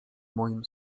moim